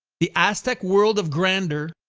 the aztec world of grandeur,